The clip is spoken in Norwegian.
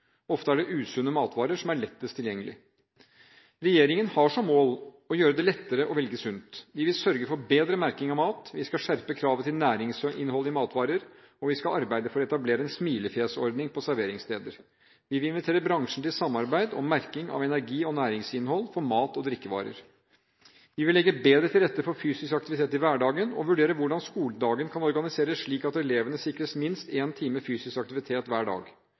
Ofte er det usunne matvarer som er lettest tilgjengelig. Regjeringen har som mål å gjøre det lettere å velge sunt. Vi vil sørge for bedre merking av mat, vi skal skjerpe kravet til næringsinnholdet i matvarer, og vi skal arbeide for å etablere en smilefjesordning på serveringsstedene. Vi vil invitere bransjen til samarbeid om merking av energi- og næringsinnhold for mat- og drikkevarer. Vi vil legge bedre til rette for fysisk aktivitet i hverdagen, og vurdere hvordan skoledagen kan organiseres slik at elevene sikres minst én time fysisk aktivitet hver dag.